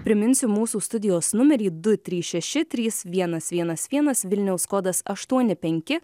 priminsiu mūsų studijos numerį du trys šeši trys vienas vienas vienas vilniaus kodas aštuoni penki